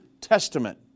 Testament